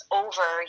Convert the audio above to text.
over